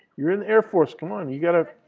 you're in the air force. come on. you got to